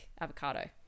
avocado